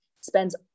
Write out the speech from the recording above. spends